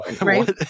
Right